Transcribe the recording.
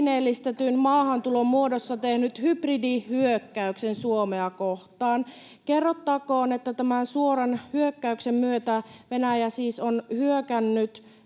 maahantulon muodossa tehnyt hybridihyökkäyksen Suomea kohtaan. Kerrottakoon, että tämän suoran hyökkäyksen myötä Venäjä siis on hyökännyt